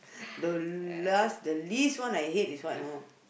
the last the least one I hate is what you know